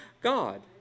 God